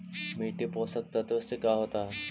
मिट्टी पोषक तत्त्व से का होता है?